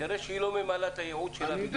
תראה שהיא לא ממלאה את הייעוד שלה.